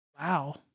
Wow